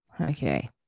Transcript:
Okay